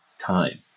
time